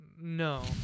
No